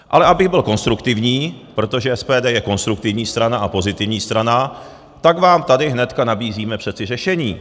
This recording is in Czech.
Ale abych byl konstruktivní, protože SPD je konstruktivní strana a pozitivní strana, tak vám tady hnedka nabízíme přeci řešení.